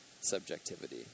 subjectivity